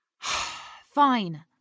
Fine